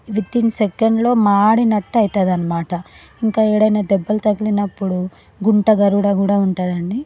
with in సెకండ్లో మాడినట్టు అవుతుంది అన్నమాట ఇంకా ఎక్కడైనా దెబ్బలు తగిలినప్పుడు గుంట గరుడ కూడా ఉంటుందండి